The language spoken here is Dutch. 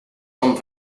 van